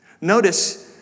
Notice